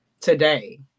today